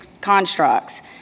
constructs